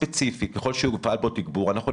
ספציפי ככל שיופעל בו תגבור אנחנו נפרסם: